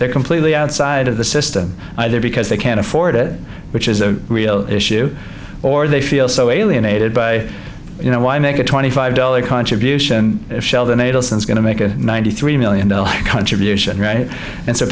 they're completely outside of the system either because they can't afford it which is a real issue or they feel so alienated by you know why make a twenty five dollars contribution if shell the natal since going to make a ninety three million dollars contribution right and so